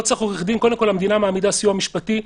לא צריך עורך-דין כי המדינה מעמידה סיוע משפטי,